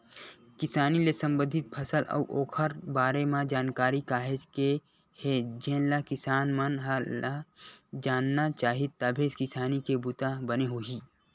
किसानी ले संबंधित फसल अउ ओखर बारे म जानकारी काहेच के हे जेनला किसान मन ल जानना चाही तभे किसानी के बूता बने होही